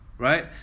Right